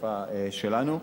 בשפה שלנו.